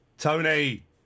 Tony